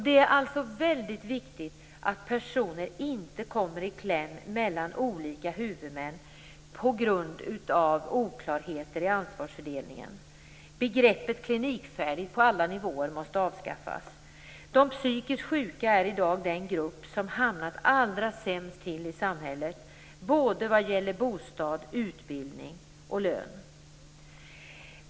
Det är väldigt viktigt att personer inte kommer i kläm mellan olika huvudmän på grund av oklarheter i ansvarsfördelningen. Begreppet klinikfärdig måste avskaffas på alla nivåer. De psykiskt sjuka är i dag den grupp som hamnat allra sämst till i samhället vad gäller bostad, utbildning och lön.